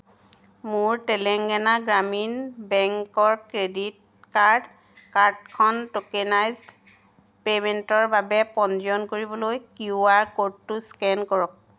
মোৰ তেলেঙ্গানা গ্ৰামীণ বেংকৰ credit card কাৰ্ডখন ট'কেনাইজ্ড পে'মেণ্টৰ বাবে পঞ্জীয়ন কৰিবলৈ কিউ আৰ ক'ডটো স্কেন কৰক